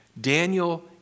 Daniel